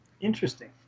Interesting